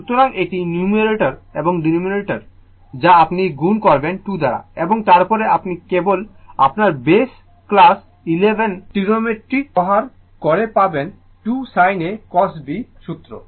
সুতরাং এটি নিউমারেটর এবং ডেনোমিনেটর যা আপনি গুণ করবেন 2 দ্বারা এবং তারপরে আপনি কেবল আপনার ক্লাস ইলেভেন ট্রিগোনোমেট্রি ব্যবহার করে পাবেন 2 sin A sin B সূত্র